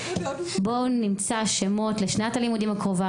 בואו נמצא שמות לשנת הלימודים הקרובה,